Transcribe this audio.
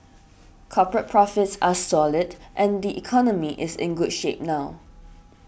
corporate profits are solid and the economy is in good shape now